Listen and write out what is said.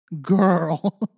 girl